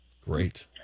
Great